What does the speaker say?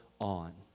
on